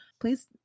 please